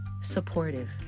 Supportive